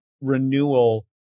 renewal